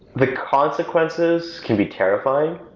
the consequences can be terrifying.